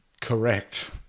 Correct